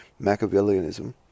Machiavellianism